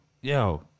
Yo